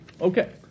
Okay